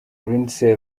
lindsay